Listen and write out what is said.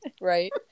right